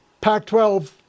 Pac-12